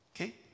Okay